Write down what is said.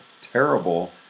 terrible